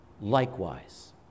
likewise